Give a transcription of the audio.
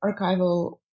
archival